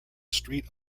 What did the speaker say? street